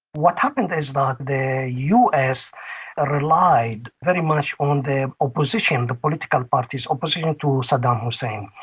what happened is that the us ah relied very much on the opposition, the political parties' opposition to saddam hussein.